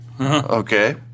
Okay